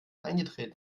eingetreten